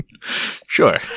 Sure